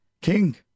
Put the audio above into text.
king